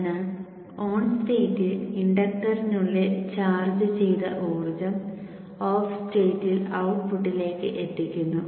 അതിനാൽ ഓൺ സ്റ്റേറ്റിൽ ഇൻഡക്ടറിനുള്ളിൽ ചാർജ്ജ് ചെയ്ത ഊർജ്ജം ഓഫ് സ്റ്റേറ്റിൽ ഔട്ട്പുട്ടിലേക്ക് എത്തിക്കുന്നു